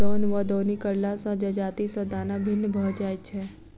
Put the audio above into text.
दौन वा दौनी करला सॅ जजाति सॅ दाना भिन्न भ जाइत छै